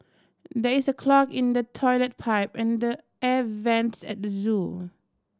there is a clog in the toilet pipe and the air vents at the zoo